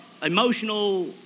emotional